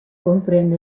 comprende